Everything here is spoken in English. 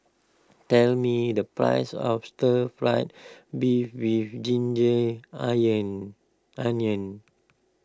tell me the price of Stir Fried Beef with Ginger Onions